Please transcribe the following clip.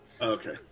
Okay